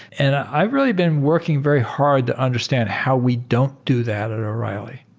and i've really been working very hard to understand how we don't do that at o'reilly.